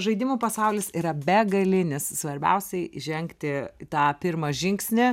žaidimų pasaulis yra begalinis svarbiausiai žengti tą pirmą žingsnį